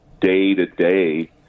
day-to-day